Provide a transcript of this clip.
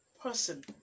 person